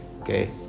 Okay